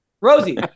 Rosie